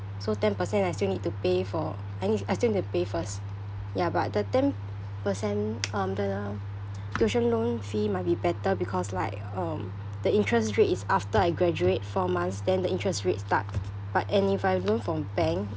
so ten percent I still need to pay for I need I still need to pay first ya but the ten percent um the tuition loan fee might be better because like um the interest rate is after I graduate four months then the interest rate start but and if I loan from bank